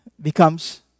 becomes